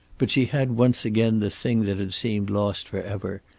but she had once again the thing that had seemed lost forever,